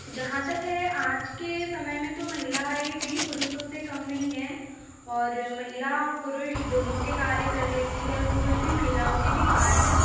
जहाँ तक है आज के समय में तो महिलाए भी पुरुषों से काम नहीं है और महिला पुरुष दोनों के कार्य कर लेती है और पुरुष भी महिलाओं की भी कार्य